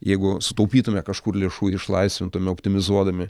jeigu sutaupytume kažkur lėšų išlaisvintume optimizuodami